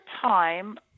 time